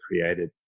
created